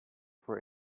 for